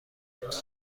البته